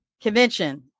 convention